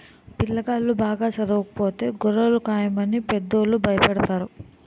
పిల్లాగాళ్ళు బాగా చదవకపోతే గొర్రెలు కాయమని పెద్దోళ్ళు భయపెడతారు